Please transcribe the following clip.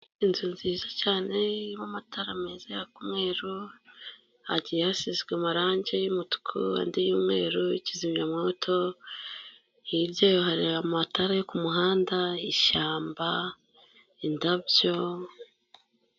Inzu nziza cyane, irimo matara meza yaka umweru, hagiye hasizwe amarange y'umutuku, andi y'umweru, kizimyamwoto, hirya yaho hari amatara yo kumuhanda, ishyamba, indabyo.